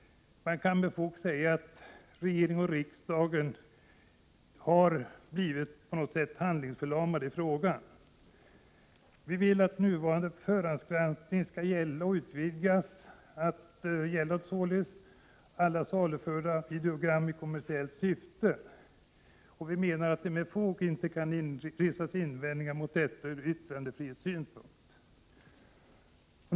Man kan med fog säga att regering och riksdag tycks ha blivit handlingsförlamade i frågan. Vi vill att nuvarande förhandsgranskning skall utvidgas att gälla alla i kommersiellt syfte saluförda videogram. Vi menar att det inte med fog kan resas invändningar mot detta ur yttrandefrihetssynpunkt.